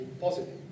Positive